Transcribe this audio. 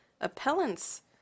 appellant's